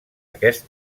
aquest